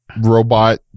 robot